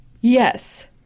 Yes